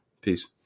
Peace